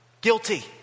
Guilty